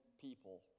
people